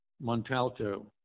Montalto